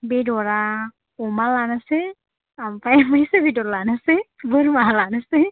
बेदरा अमा लानोसै ओमफ्राय हांसो बेदर लानोसै बोरमा लानोसै